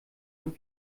und